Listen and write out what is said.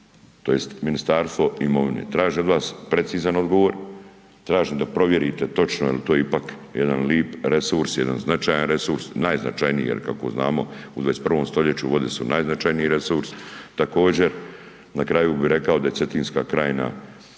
tj. Ministarstvo imovine, tražim od vas precizan odgovor, tražim da provjerite točno jel to ipak jedan lip resurs, jedan značajan resurs, najznačajniji, jer kako znamo u 21. stoljeću vode su najznačajniji resurs. Također, na kraju bi rekao da je Cetinska krajina,